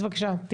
אז בבקשה.